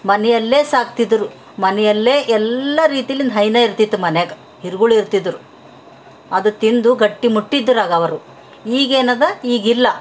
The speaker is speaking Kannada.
ಮನೆಯಲ್ಲೇ ಸಾಕ್ತಿದ್ದರು ಮನೆಯಲ್ಲೇ ಎಲ್ಲ ರೀತಿಲಿಂದ ಹೈನೇ ಇರ್ತಿತ್ತು ಮನೆಗ ಹಿರ್ಗುಳಿರ್ತಿದ್ದರು ಅದು ತಿಂದು ಗಟ್ಟಿಮುಟ್ಟಿದ್ರು ಆಗ ಅವರು ಈಗೇನದ ಈಗಿಲ್ಲ